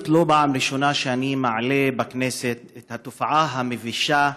זאת לא הפעם הראשונה שאני מעלה בכנסת את התופעה המבישה,